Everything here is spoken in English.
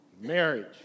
marriage